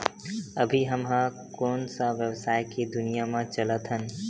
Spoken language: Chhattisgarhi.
अभी हम ह कोन सा व्यवसाय के दुनिया म चलत हन?